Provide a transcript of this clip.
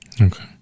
Okay